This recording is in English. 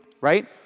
right